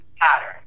pattern